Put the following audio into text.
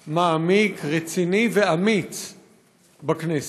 מעמיק, רציני ואמיץ בכנסת.